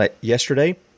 Yesterday